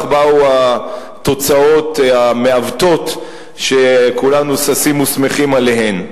באו התוצאות המעוותות שכולנו ששים ושמחים עליהן.